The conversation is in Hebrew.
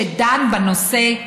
שדן בנושא,